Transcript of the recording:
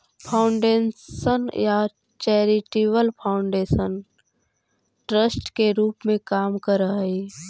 foundation या charitable foundation trust के रूप में काम करऽ हई